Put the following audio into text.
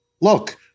Look